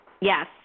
Yes